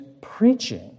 preaching